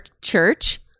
church